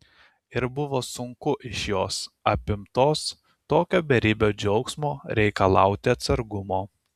ir buvo sunku iš jos apimtos tokio beribio džiaugsmo reikalauti atsargumo